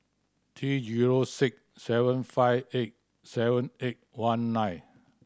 three zero six seven five eight seven eight one nine